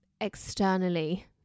externally